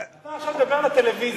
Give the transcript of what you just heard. אתה עכשיו מדבר לטלוויזיה.